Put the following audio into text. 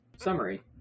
Summary